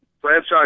franchise